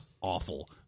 awful